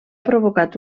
provocat